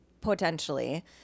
potentially